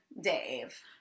Dave